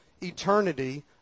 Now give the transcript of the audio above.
eternity